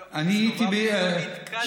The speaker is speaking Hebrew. אני הייתי באיכילוב, הסתובבתי, ולא נתקלתי בעגלה.